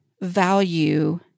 value